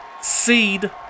Seed